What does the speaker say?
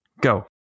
Go